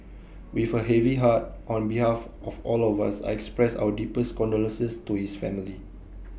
with A heavy heart on behalf of all of us I expressed our deepest condolences to his family